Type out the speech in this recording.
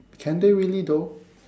can they really though